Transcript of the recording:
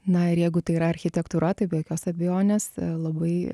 na ir jeigu tai yra architektūra tai be jokios abejonės labai